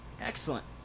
Excellent